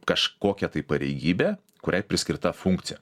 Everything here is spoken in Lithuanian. kažkokia tai pareigybė kuriai priskirta funkcija